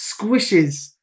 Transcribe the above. squishes